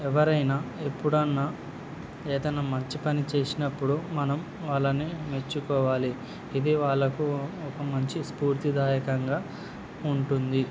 ఎవరైనా ఎప్పుడైనా ఏదైనా మర్చి పని చేసినప్పుడు మనం వాళ్ళని మెచ్చుకోవాలి ఇది వాళ్ళకు ఒక మంచి స్ఫూర్తిదాయకంగా ఉంటుంది